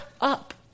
up